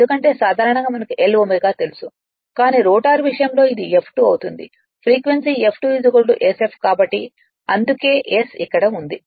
ఎందుకంటే సాధారణంగా మనకు L తెలుసు కానీ రోటర్ విషయంలో ఇది F2 అవుతుంది ఫ్రీక్వెన్సీ F2 s f కాబట్టి అందుకే s ఇక్కడ ఉంది